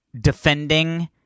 defending